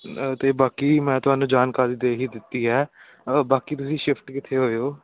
ਅਤੇ ਬਾਕੀ ਮੈਂ ਤੁਹਾਨੂੰ ਜਾਣਕਾਰੀ ਦੇ ਹੀ ਦਿੱਤੀ ਹੈ ਬਾਕੀ ਤੁਸੀਂ ਸ਼ਿਫਟ ਕਿੱਥੇ ਹੋਏ ਹੋ